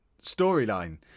storyline